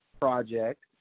project